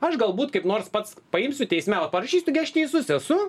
aš galbūt kaip nors pats paimsiu teisme va parašysiu gi aš teisus esu